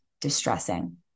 distressing